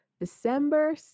December